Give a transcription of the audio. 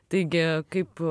taigi kaip